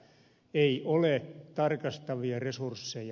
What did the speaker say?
ei ole tarkastavia resursseja